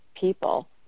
people